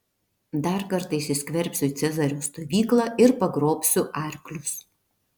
dar kartą įsiskverbsiu į cezario stovyklą ir pagrobsiu arklius